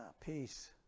peace